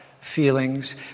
feelings